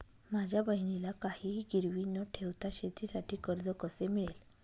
माझ्या बहिणीला काहिही गिरवी न ठेवता शेतीसाठी कर्ज कसे मिळेल?